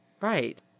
Right